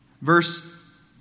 Verse